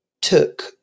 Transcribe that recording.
took